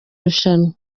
rushanwa